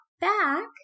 back